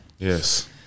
Yes